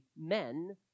men